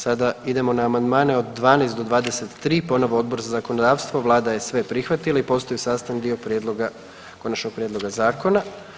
Sada idemo na amandmane od 12 do 23, ponovo Odbor za zakonodavstvo, Vlada je sve prihvatila i postaju sastavni dio prijedloga, Konačnog prijedloga zakona.